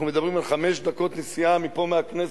אנחנו מדברים על חמש דקות נסיעה מפה, מהכנסת,